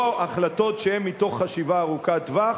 לא החלטות שהן מתוך חשיבה ארוכת טווח,